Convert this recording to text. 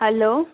hello